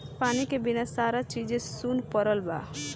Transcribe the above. पानी के बिना सारा चीजे सुन परल बा